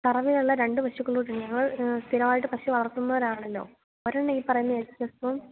കറവയുള്ള രണ്ടു പശുക്കളും കൂടിയുണ്ട് ഞങ്ങള് സ്ഥിരമായിട്ട് പശു വളർത്തുന്നവരാണല്ലോ ഒരെണ്ണം ഈ പറയുന്ന എച്ച് എഫ് ഉം